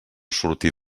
sortir